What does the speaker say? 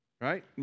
Right